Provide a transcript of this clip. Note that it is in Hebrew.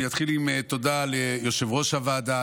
אני אתחיל עם תודה ליושב-ראש הוועדה,